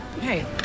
Hey